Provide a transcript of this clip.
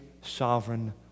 sovereign